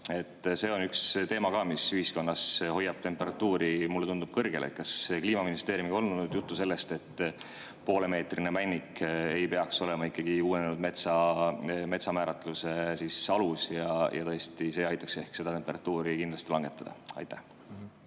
See on üks teema, mis ühiskonnas hoiab temperatuuri, mulle tundub, kõrgel. Kas Kliimaministeeriumiga on olnud juttu sellest, et poolemeetrine männik ei peaks olema uuenenud metsa määratluse alus? See aitaks ehk seda temperatuuri langetada. Aitäh